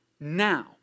now